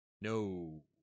No